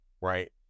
right